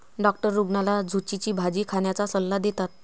doctor रुग्णाला झुचीची भाजी खाण्याचा सल्ला देतात